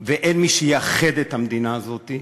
ואין מי שיאחד את המדינה הזאת.